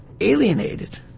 alienated